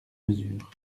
mesure